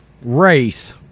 race